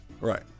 Right